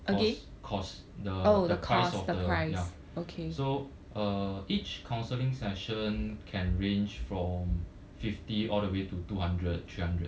cos cost the the price of the ya so uh each counselling session can range from fifty all the way to two hundred three hundred